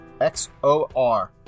XOR